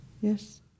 Yes